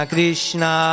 Krishna